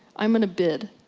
i'm in a bid.